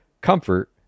Comfort